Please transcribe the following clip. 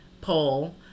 poll